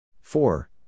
Four